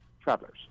travelers